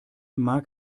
mag